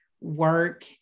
work